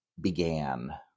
began